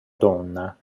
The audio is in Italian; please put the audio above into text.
donna